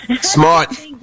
Smart